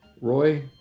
Roy